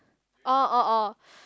oh oh oh